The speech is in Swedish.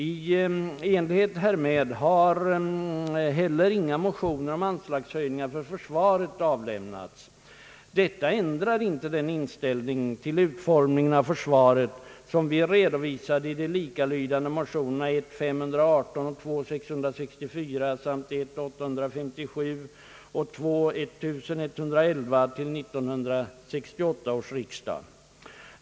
I en lighet härmed har heller inga motioner om anslagshöjningar för försvaret avlämnats. Detta ändrar inte den inställning till utformningen av försvaret som vi redovisade i de likalydande motionerna I: 518 och II: 664 samt I: 857 och II: 1111 till 1968 års riksdag.